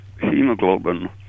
hemoglobin